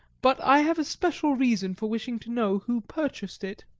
but i have a special reason for wishing to know who purchased it.